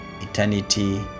eternity